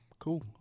Cool